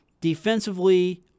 defensively